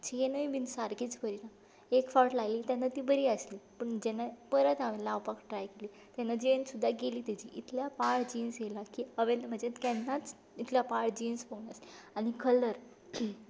चॅनूय बी सारकीच बरी ना एक फावट लायिल्ली तेन्ना ती बरी आसली पूण जेन्ना परत हांवें लावपाक ट्राय केली तेन्ना चॅन सुद्दां गेली ताजी इतल्या पाड जीन्स आयलां की हांवें म्हजें केन्नाच पाड जीन्स पळोवंक नासलें आनी कलर